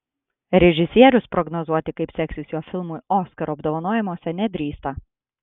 režisierius prognozuoti kaip seksis jo filmui oskaro apdovanojimuose nedrįsta